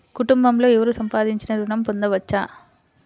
కుటుంబంలో ఎవరు సంపాదించినా ఋణం పొందవచ్చా?